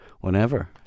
whenever